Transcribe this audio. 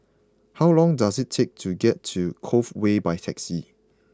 how long does it take to get to Cove Way by taxi